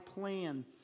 plan